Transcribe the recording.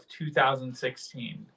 2016